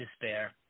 despair